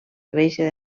créixer